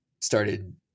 started